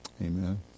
Amen